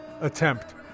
attempt